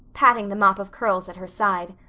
patting the mop of curls at her side.